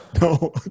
No